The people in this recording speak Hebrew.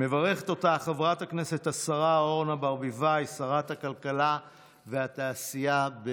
מברכת אותך שרת הכלכלה והתעשייה חברת הכנסת אורנה ברביבאי.